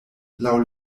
laŭ